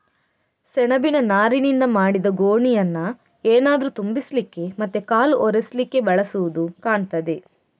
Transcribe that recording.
ಸೆಣಬಿನ ನಾರಿನಿಂದ ಮಾಡಿದ ಗೋಣಿಯನ್ನ ಏನಾದ್ರೂ ತುಂಬಿಸ್ಲಿಕ್ಕೆ ಮತ್ತೆ ಕಾಲು ಒರೆಸ್ಲಿಕ್ಕೆ ಬಳಸುದು ಕಾಣ್ತದೆ